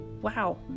Wow